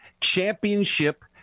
championship